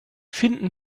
finden